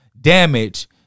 damage